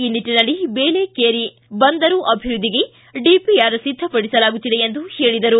ಈ ನಿಟ್ಟನಲ್ಲಿ ದೇಲೆಕೇರಿ ಬಂದರು ಅಭಿವೃದ್ದಿಗೆ ಡಿಪಿಆರ್ ಸಿದ್ದಪಡಿಸಲಾಗುತ್ತಿದೆ ಎಂದು ಹೇಳಿದರು